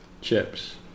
chips